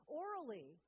orally